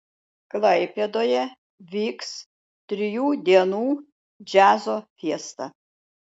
klaipėdoje vyks trijų dienų džiazo fiesta